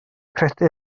credu